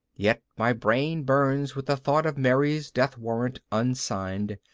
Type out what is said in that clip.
yet my brain burns with the thought of mary's death-warrant unsigned.